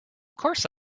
course